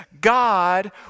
God